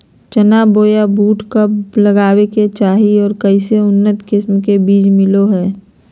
चना बोया बुट कब लगावे के चाही और ऐकर उन्नत किस्म के बिज कौन है?